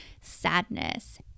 sadness